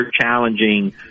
challenging